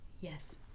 Yes